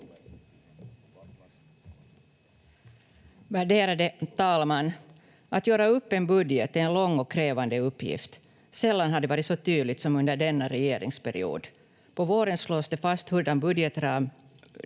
Värderade talman! Att göra upp en budget är en lång och krävande uppgift. Sällan har det varit så tydligt som under denna regeringsperiod. På våren slås det fast hurdan budgetram